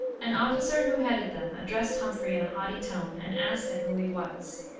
an officer who headed them addressed humphrey in a haughty tone, and asked him who he was.